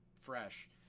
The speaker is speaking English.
fresh